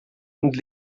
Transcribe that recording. und